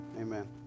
Amen